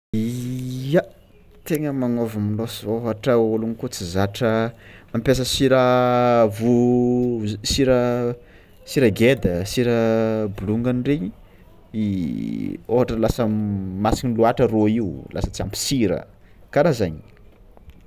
Ya tegna mangnôva môlô ôhatra ologno koa tsy zatra mampiasa sira vo-sira geda sira bolongany rengny i ôhatra lasa masigna loatra rô io lasa tsy ampy sira karazegny.